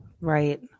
Right